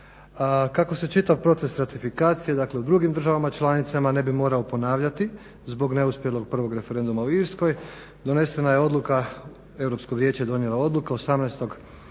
Kako se čitav proces ratifikacije u drugim državama članicama ne bi morao ponavljati zbog neuspjelog prvog referenduma u Irskoj donesena je odluka, Europsko vijeće je donijelo odluku 18. lipnja